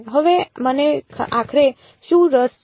હવે મને આખરે શું રસ છે